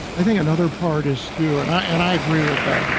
i think another part is through, and i and i agree with that.